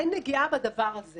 אין נגיעה בדבר הזה